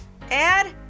Add